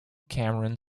cameron